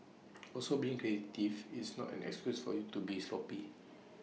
also being creative is not an excuse for you to be sloppy